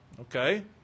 okay